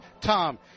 Tom